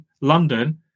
London